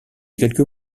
quelques